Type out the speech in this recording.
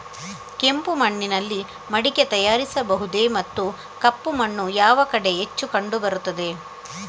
ಕೆಂಪು ಮಣ್ಣಿನಲ್ಲಿ ಮಡಿಕೆ ತಯಾರಿಸಬಹುದೇ ಮತ್ತು ಕಪ್ಪು ಮಣ್ಣು ಯಾವ ಕಡೆ ಹೆಚ್ಚು ಕಂಡುಬರುತ್ತದೆ?